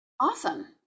Awesome